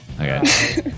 Okay